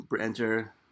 enter